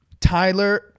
Tyler